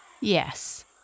Yes